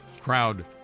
crowd